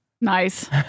Nice